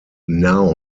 now